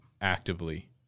actively